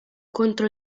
contro